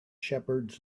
shepherds